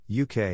UK